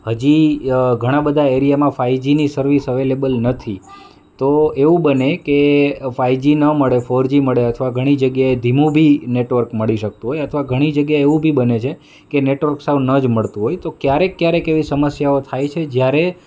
હજી ઘણા બધા એરિયામાં ફાઈજીની સર્વિસ અવેલેબલ નથી તો એવું બને કે ફાઈજી ન મળે ફોર જી મળે અથવા ઘણી જગ્યાએ ધીમું બી નેટવર્ક મળી શકતું હોય અથવા ઘણી જગ્યાએ એવું બી બને છે કે નેટવર્ક સાવ ન જ મળતું હોય તો ક્યારેક ક્યારેક એવી સમસ્યાઓ થાય છે જયારે